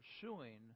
pursuing